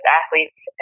athletes